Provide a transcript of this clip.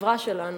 בחברה שלנו,